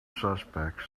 suspects